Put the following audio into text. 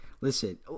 Listen